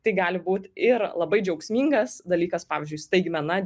tai gali būt ir labai džiaugsmingas dalykas pavyzdžiui staigmena